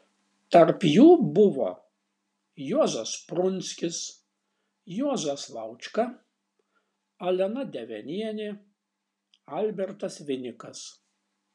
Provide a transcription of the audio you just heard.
tarp jų buvo juozas prunskis juozas laučka alena devenienė albertas vinikas